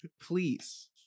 please